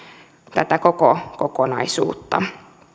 tätä koko kokonaisuutta